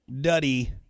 duddy